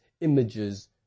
images